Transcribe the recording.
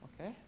Okay